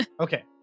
Okay